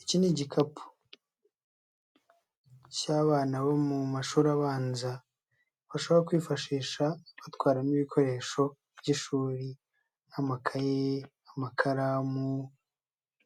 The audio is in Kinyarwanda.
Iki ni igikapu cy'abana bo mu mashuri abanza bashobora kwifashisha batwaramo ibikoresho by'ishuri, nk'amakaye, amakaramu